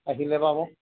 আহিলে পাব